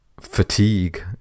fatigue